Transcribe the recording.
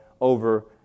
over